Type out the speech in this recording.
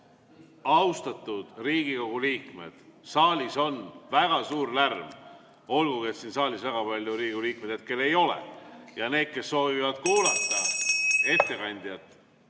Austatud Riigikogu liikmed, saalis on väga suur lärm, olgugi et siin saalis väga palju Riigikogu liikmeid hetkel ei ole. Palun austage neid, kes soovivad kuulata ettekandjat,